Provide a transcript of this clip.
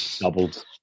Doubled